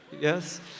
yes